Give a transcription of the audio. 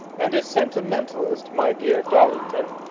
and a sentimentalist, my dear darlington,